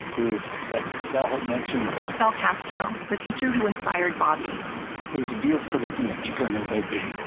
it was like sal had mentioned sal castro, the teacher who inspired bobby it was beautiful to be a chicano that day